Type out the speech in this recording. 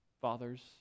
Fathers